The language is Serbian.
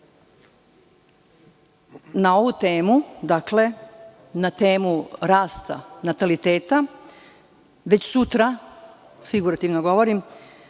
na ovu temu, na temu rasta nataliteta, već sutra, figurativno govorim,